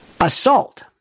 Assault